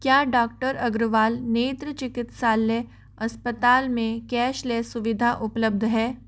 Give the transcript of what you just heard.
क्या डॉक्टर अग्रवाल नेत्र चिकित्सालय अस्पताल में कैशलेस सुविधा उपलब्ध है